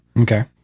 Okay